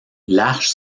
l’arche